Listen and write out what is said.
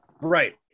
right